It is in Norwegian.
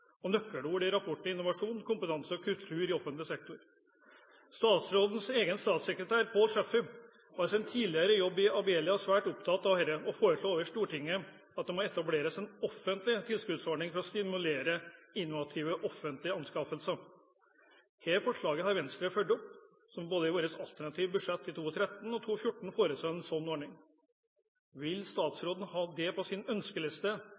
Og nøkkelord i rapporten er innovasjon, kompetanse og kultur i offentlig sektor. Statsrådens egen statssekretær, Paul Chaffey, var i sin tidligere jobb i Abelia svært opptatt av dette og foreslo overfor Stortinget at det må etableres en offentlig tilskuddsordning for å stimulere innovative offentlige anskaffelser. Dette forslaget har Venstre fulgt opp. Vi har i våre alternative budsjetter både for 2013 og 2014 foreslått en sånn ordning. Vil statsråden ha det på sin ønskeliste